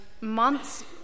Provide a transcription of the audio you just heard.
months